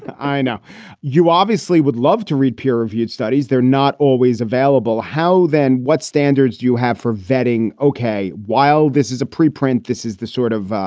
i know you obviously would love to read peer reviewed studies. they're not always available. how then what standards you have for vetting? okay, okay, while this is a preprint, this is the sort of,